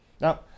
Now